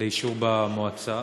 לאישור במועצה,